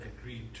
agreed